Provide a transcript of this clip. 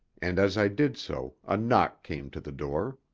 and as i did so a knock came to the door.